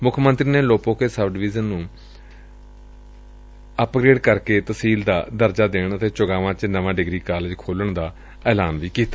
ਮੁੱਖ ਮੰਤਰੀ ਨੇ ਲੋਪੋਕੇ ਸਬ ਤਹਿਸੀਲ ਨੂੰ ਅਪਗ੍ਰੇਡ ਕਰਕੇ ਤਹਿਸੀਲ ਦਾ ਦਰਜਾ ਦੇਣ ਅਤੇ ਚੌਗਾਵਾਂ ਵਿਖੇ ਨਵਾਂ ਡਿਗਰੀ ਕਾਲਜ ਖੋਲੁਣ ਦਾ ਐਲਾਨ ਵੀ ਕੀਤਾ